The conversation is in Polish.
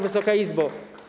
Wysoka Izbo!